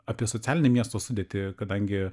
apie socialinį miesto sudėtį kadangi